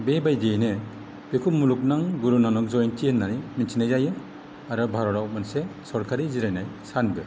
बेबायदियैनो बिखौ मुलुगनां गुरु नानक जयेती होननानै मोनथिनाय जायो आरो भारतआव मोनसे सरखारि जिरायनाय सानबो